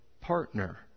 partner